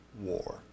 War